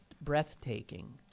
breathtaking